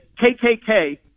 KKK